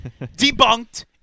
Debunked